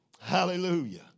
Hallelujah